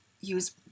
use